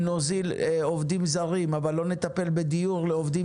אם נוזיל עובדים זרים ולא נטפל בדיור לעובדים